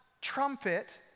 trumpet